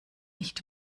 nicht